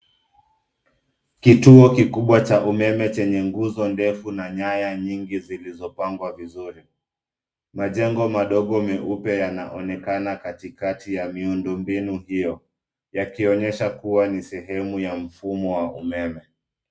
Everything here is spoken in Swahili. Kituo kikubwa cha umeme chenye nguzo ndefu na nyaya nyingi zilizopangwa vizuri. Majengo madogo meupe yanaonekana katikati ya miundo mbinu hio, yakionyesha kua ni sehemu ya mfumo wa umeme.